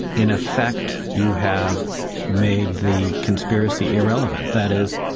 in effect you have made the conspiracy irrelevant. that is,